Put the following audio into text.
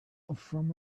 from